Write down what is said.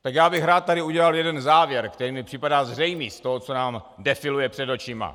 Tak já bych rád tady udělal jeden závěr, který mi připadá zřejmý z toho, co nám defiluje před očima.